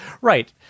Right